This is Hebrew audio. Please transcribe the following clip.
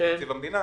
תקציב המדינה.